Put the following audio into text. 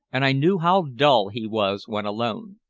and i knew how dull he was when alone.